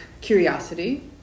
curiosity